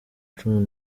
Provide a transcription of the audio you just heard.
cumi